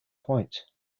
point